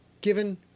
Given